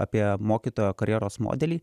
apie mokytojo karjeros modelį